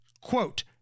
quote